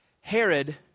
Herod